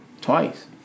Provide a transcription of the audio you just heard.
twice